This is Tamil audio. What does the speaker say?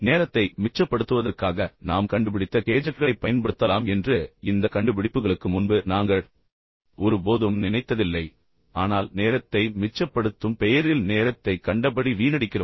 நேரத்தை மிச்சப்படுத்துவதற்காக நாம் கண்டுபிடித்த கேஜெட்களைப் பயன்படுத்தலாம் என்று இந்த கண்டுபிடிப்புகளுக்கு முன்பு நாங்கள் ஒருபோதும் நினைத்ததில்லை ஆனால் நேரத்தை மிச்சப்படுத்தும் பெயரில் நேரத்தை கண்டபடி வீணடிக்கிறோம்